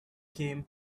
came